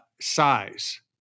size